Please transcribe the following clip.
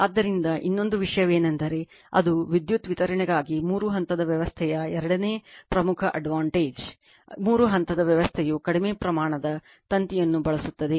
ಆದ್ದರಿಂದ ಇನ್ನೊಂದು ವಿಷಯವೆಂದರೆ ಅದು ವಿದ್ಯುತ್ ವಿತರಣೆಗಾಗಿ ಮೂರು ಹಂತದ ವ್ಯವಸ್ಥೆಯ ಎರಡನೇ ಪ್ರಮುಖ ಅಡ್ವಾಂಟೇಜ್ ಮೂರು ಹಂತದ ವ್ಯವಸ್ಥೆಯು ಕಡಿಮೆ ಪ್ರಮಾಣದ ತಂತಿಯನ್ನು ಬಳಸುತ್ತದೆ